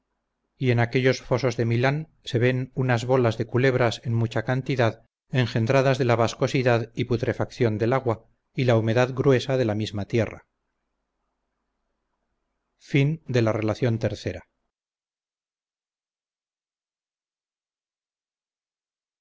y en aquellos fosos de milán se ven unas bolas de culebras en mucha cantidad engendradas de la bascosidad y putrefacción del agua y la humedad gruesa de la misma tierra